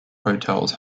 hotels